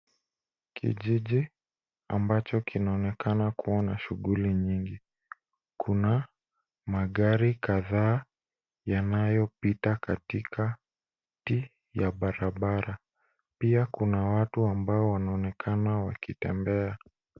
Kijiji ambacho kinaonekana kuwa na shughuli nyingi. Kuna magari kadhaa yanayopita katikati ya barabara. Pia kuna watu ambao wanaonekana wakitembea.